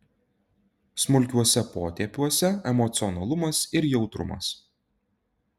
smulkiuose potėpiuose emocionalumas ir jautrumas